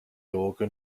organ